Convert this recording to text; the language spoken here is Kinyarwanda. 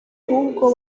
ahubwo